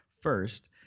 First